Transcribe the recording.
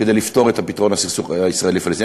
כדי לפתור את הסכסוך הישראלי פלסטיני.